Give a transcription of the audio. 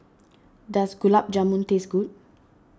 does Gulab Jamun taste good